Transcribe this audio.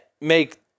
make